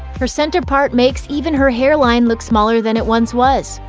her center part makes even her hairline look smaller than it once was.